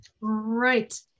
Right